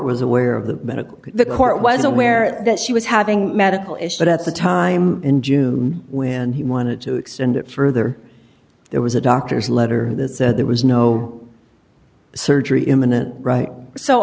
was aware of the medical the court was aware that she was having medical issues at the time in june when he wanted to extend it further there was a doctor's letter that said there was no surgery imminent right so